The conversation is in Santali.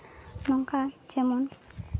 ᱱᱚᱝᱠᱟ ᱡᱮᱢᱚᱱ